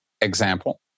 example